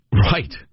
Right